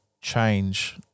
change